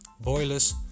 boilers